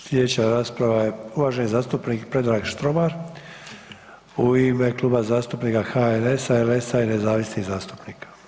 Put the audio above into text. Slijedeća rasprava je uvaženi zastupnik Predrag Štromar u ime Kluba zastupnika HNS-a, LS-a i nezavisnih zastupnika.